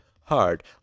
hard